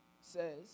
says